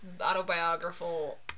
autobiographical